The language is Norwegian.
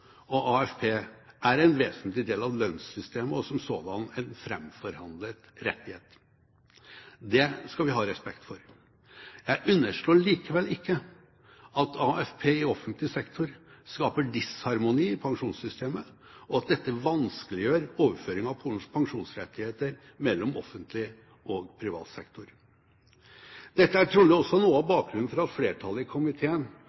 og AFP er en vesentlig del av lønnssystemet, og som sådan en framforhandlet rettighet. Det skal vi ha respekt for. Jeg underslår likevel ikke at AFP i offentlig sektor skaper disharmoni i pensjonssystemet, og at dette vanskeliggjør overføring av pensjonsrettigheter mellom offentlig og privat sektor. Dette er trolig også noe av bakgrunnen for at flertallet i komiteen